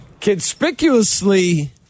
conspicuously